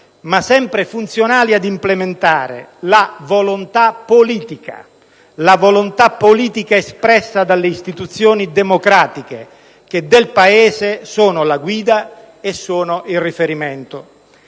ma sempre funzionali ad implementare la volontà politica - lo ripeto - espressa dalle istituzioni democratiche, che del Paese sono la guida e il riferimento.